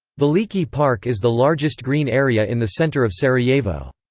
veliki park is the largest green area in the center of sarajevo.